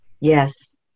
Yes